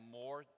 more